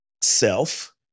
self